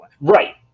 Right